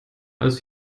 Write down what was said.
als